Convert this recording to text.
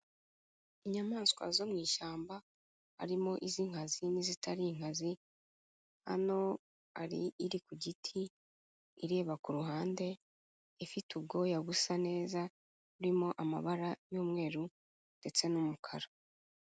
Inyamaswa zo mu ishyamba, harimo iz'inkazini zitari inkazi. Hano hari iri ku giti ireba kuru ruhande, ifite ubwoya busa neza burimo amabara y'umweru ndetse n'umukara.